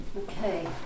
Okay